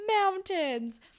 mountains